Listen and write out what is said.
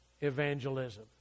evangelism